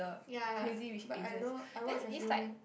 ya but I know I watch a few